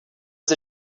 was